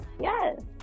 Yes